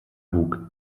bug